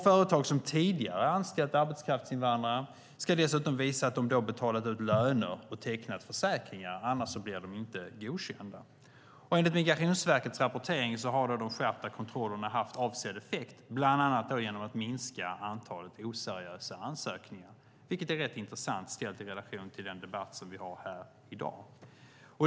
Företag som tidigare har anställt arbetskraftsinvandrare ska dessutom visa att de betalat ut löner och tecknat försäkringar. Annars blir de inte godkända. Enligt Migrationsverkets rapportering har de skärpta kontrollerna haft avsedd effekt, bland annat genom att antalet oseriösa ansökningar minskat, vilket är rätt intressant ställt i relation till den debatt som vi har här i dag.